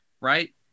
right